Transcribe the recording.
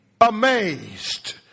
amazed